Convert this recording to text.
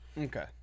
Okay